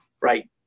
right